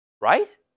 right